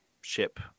ship